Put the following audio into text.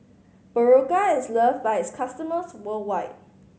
Berocca is loved by its customers worldwide